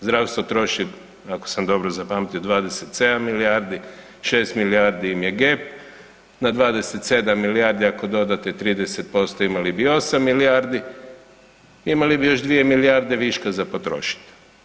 Zdravstvo troši, ako sam dobro zapamtio, 27 milijardi, 6 milijardi im je gep, na 27 milijardi ako dodate 30% imali bi 8 milijardi, imali bi još dvije milijarde viška za potrošit.